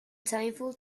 tinfoil